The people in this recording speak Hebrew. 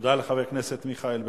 תודה לחבר הכנסת מיכאל בן-ארי.